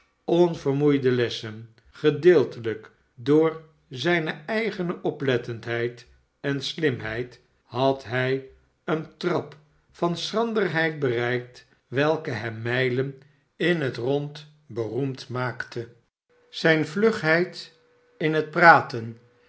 onvermoeide lessen gedeeltelijk door zijne eigene oplettendheid en slimheid had hij een trap van schrantlerheid bereikt welke hem mijlen in het rond beroemd maakte barnaby rudge zijne vlugheid in het praten